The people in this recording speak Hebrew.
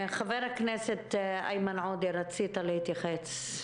חבר הכנסת איימן עודה, רצית להתייחס.